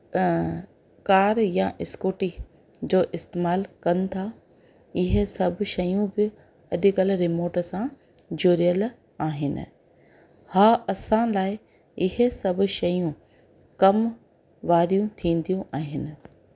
car या scooty जो इस्तेमालु कनि था इहे सभु शयूं बि अॾुकल्ह रिमोट सां जुड़ियल आहिनि हा असां लाइ इहे सभु शयूं कमु वारियूं थींदियूं आहिनि